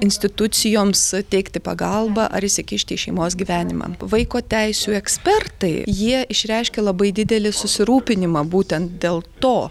institucijoms teikti pagalbą ar įsikišti į šeimos gyvenimą vaiko teisių ekspertai jie išreiškė labai didelį susirūpinimą būtent dėl to